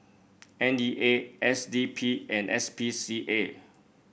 N E A S D P and S P C A